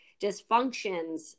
dysfunctions